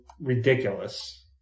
ridiculous